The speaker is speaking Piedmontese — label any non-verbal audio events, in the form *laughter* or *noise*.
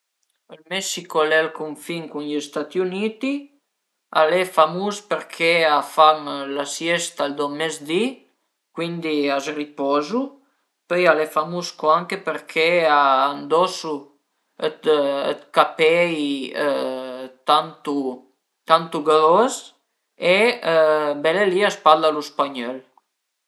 *hesitation* sun stait tantu furtünà 'na volta che suma andait ën gita ën Trentin e praticament l'uma fait ün brüt viöl e ai rischià dë tumbé vaire volte e s'a i eru pa mei cumpagn ch'a më tenìu sarìu rutulà giü fin a suta d'la stra e ënvece son al e pa capità përché lur al an giütame